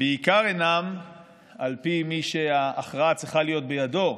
ובעיקר אינם על פי מי שההכרעה צריכה להיות בידו,